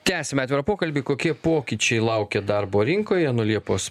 tęsiame atvirą pokalbį kokie pokyčiai laukia darbo rinkoje nuo liepos